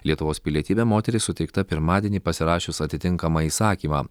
lietuvos pilietybė moteriai suteikta pirmadienį pasirašius atitinkamą įsakymą